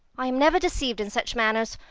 i am never deceived in such matters.